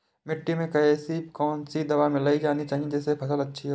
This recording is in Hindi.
मिट्टी में ऐसी कौन सी दवा मिलाई जानी चाहिए जिससे फसल अच्छी हो?